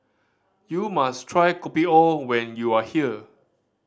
you must try Kopi O when you are here